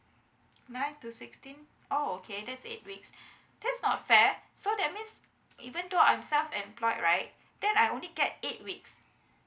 nine to sixteen oh okay that's eight weeks that's not fair so that means even though I'm self employed right then I only get eight weeks